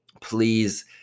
please